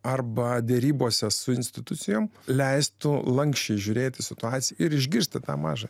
arba derybose su institucijom leistų lanksčiai žiūrėti situaciją ir išgirsti tą mažą